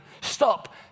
Stop